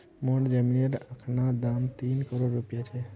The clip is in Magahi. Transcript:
मोर जमीनेर अखना दाम तीन करोड़ रूपया छ